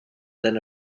then